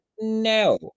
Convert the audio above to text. no